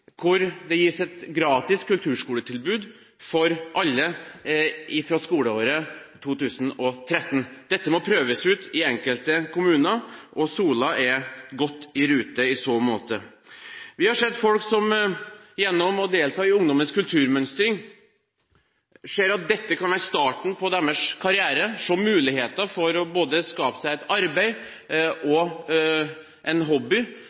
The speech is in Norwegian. hvor det gis et gratis kulturskoletilbud for alle fra skoleåret 2013. Dette må prøves ut i enkelte kommuner, og Sola er godt i rute i så måte. Vi har sett folk som gjennom å delta i Ungdommens kulturmønstring ser at dette kan være starten på deres karriere, og ser muligheter for å skape seg både et arbeid og en